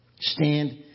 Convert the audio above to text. Stand